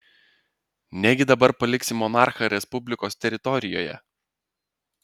negi dabar paliksi monarchą respublikos teritorijoje